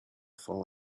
fall